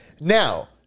Now